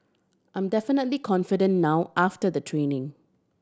I'm definitely confident now after the training